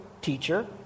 teacher